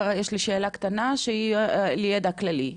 יש לי רק שאלה קטנה שהיא לידע כללי.